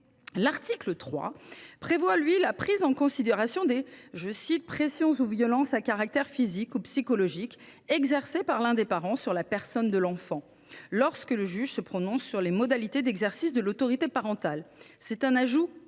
L’article 3 prévoit, quant à lui, la prise en considération des « pressions ou violences, à caractère physique ou psychologique, exercées par l’un des parents sur la personne de l’enfant », lorsque le juge se prononce sur les modalités d’exercice de l’autorité parentale.